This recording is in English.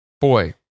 Boy